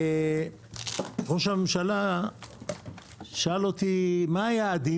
ראש הממשלה שאל אותי מה היעדים?